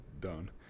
done